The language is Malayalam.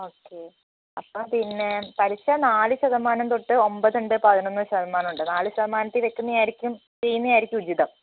ഓക്കെ അപ്പോൾപ്പിന്നെ പലിശ നാല് ശതമാനം തൊട്ട് ഒമ്പതുണ്ട് പതിനൊന്ന് ശതമാനവും ഉണ്ട് നാല് ശതമാനത്തിൽ വയ്ക്കുന്നയായിരിക്കും ചെയ്യുന്നതായിരിക്കും ഉചിതം